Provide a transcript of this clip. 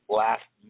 last